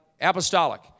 apostolic